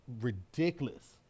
ridiculous